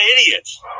idiots